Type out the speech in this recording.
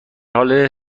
حال